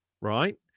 right